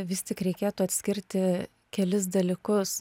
vis tik reikėtų atskirti kelis dalykus